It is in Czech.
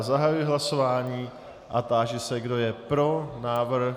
Zahajuji hlasování a táži se, kdo je pro návrh.